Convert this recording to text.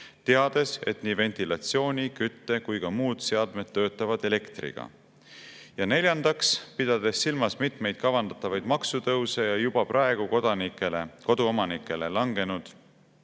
teades, et nii ventilatsiooni-, kütte- kui ka muud seadmed töötavad elektriga? Ja neljandaks, pidades silmas mitmeid kavandatavaid maksutõuse ja juba praegu koduomanikele langenud